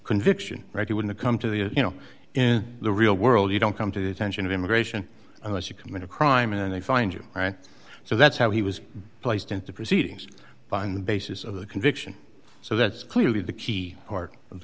conviction right he wouldn't come to the you know in the real world you don't come to the attention of immigration unless you commit a crime and they find you right so that's how he was placed into proceedings but on the basis of the conviction so that's clearly the key part of the